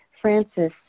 Francis